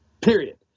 Period